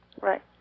Right